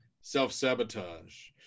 self-sabotage